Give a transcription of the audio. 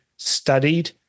studied